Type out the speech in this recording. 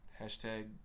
Hashtag